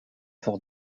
pour